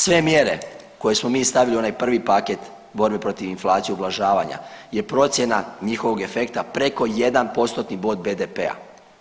Sve mjere koje smo mi stavili u onaj prvi paket borbe protiv inflacije, ublažavanja je procjena njihovog efekta preko jedan postotni bod BDP-a.